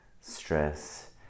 stress